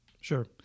Sure